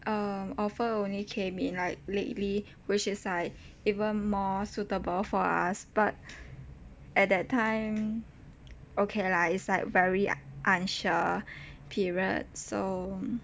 um offer only came in like lately which is like even more suitable for us but at that time okay lah it's like very unsure period so